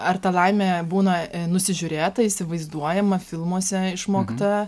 ar ta laimė būna nusižiūrėta įsivaizduojama filmuose išmokta